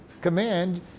command